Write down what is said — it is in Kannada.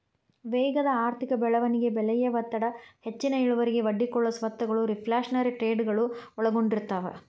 ವೇಗದ ಆರ್ಥಿಕ ಬೆಳವಣಿಗೆ ಬೆಲೆಯ ಒತ್ತಡ ಹೆಚ್ಚಿನ ಇಳುವರಿಗೆ ಒಡ್ಡಿಕೊಳ್ಳೊ ಸ್ವತ್ತಗಳು ರಿಫ್ಲ್ಯಾಶನರಿ ಟ್ರೇಡಗಳು ಒಳಗೊಂಡಿರ್ತವ